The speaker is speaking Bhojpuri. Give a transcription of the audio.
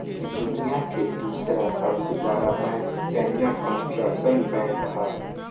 दुनिया के दूसर सबसे बड़का बैंक चाइना कंस्ट्रक्शन बैंक ह